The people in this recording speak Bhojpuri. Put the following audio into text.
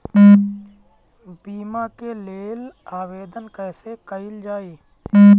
बीमा के लेल आवेदन कैसे कयील जाइ?